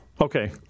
Okay